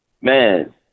man